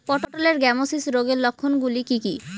পটলের গ্যামোসিস রোগের লক্ষণগুলি কী কী?